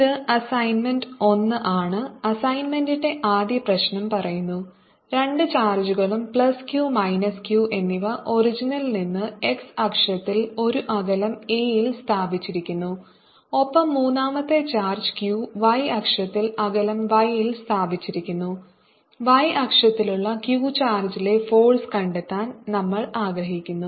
ഇത് അസൈൻമെന്റ് 1 ആണ് അസൈൻമെന്റിന്റെ ആദ്യ പ്രശ്നം പറയുന്നു രണ്ട് ചാർജുകളും പ്ലസ് Q മൈനസ് Q എന്നിവ ഒറിജിൻ ൽ നിന്ന് x അക്ഷത്തിൽ ഒരു അകലo a ൽ സ്ഥാപിച്ചിരിക്കുന്നു ഒപ്പം മൂന്നാമത്തെ ചാർജ് Q y അക്ഷത്തിൽ അകലo y ൽ സ്ഥാപിച്ചിരിക്കുന്നു y അക്ഷത്തിലുള്ള q ചാർജിലെ ഫോഴ്സ് കണ്ടെത്താൻ നമ്മൾ ആഗ്രഹിക്കുന്നു